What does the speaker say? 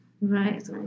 Right